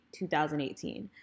2018